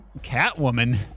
Catwoman